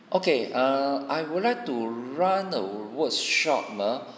okay err I would like to run a workshop err